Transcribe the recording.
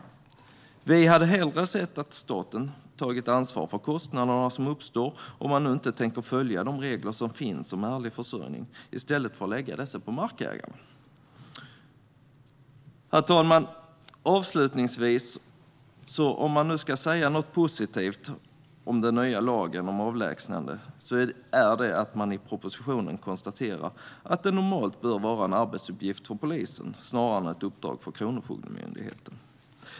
Vi hade hellre sett att staten hade tagit ansvar för kostnaderna som uppstår, om man nu inte tänker följa de regler som finns om ärlig försörjning, i stället för att lägga kostnaderna på markägaren. Herr talman! Om jag nu ska säga något positivt om den nya lagen om avlägsnande är det att man i propositionen konstaterar att det normalt bör vara en arbetsuppgift för polisen snarare än ett uppdrag för Kronofogdemyndigheten.